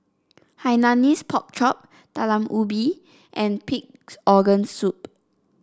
Hainanese Pork Chop Talam Ubi and Pig's Organ Soup